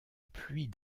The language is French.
pluies